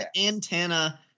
antenna